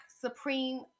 Supreme